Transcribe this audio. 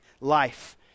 life